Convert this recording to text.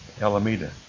Alameda